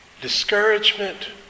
discouragement